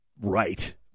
right